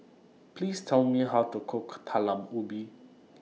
Please Tell Me How to Cook Talam Ubi